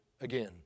again